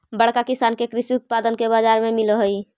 बड़का किसान के कृषि उत्पाद के बाजार मिलऽ हई